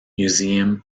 museum